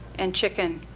and chicken,